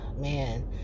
man